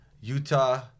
Utah